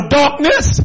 darkness